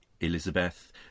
Elizabeth